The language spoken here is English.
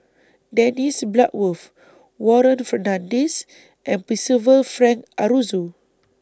Dennis Bloodworth Warren Fernandez and Percival Frank Aroozoo